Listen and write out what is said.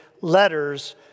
letters